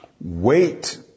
Wait